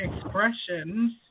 expressions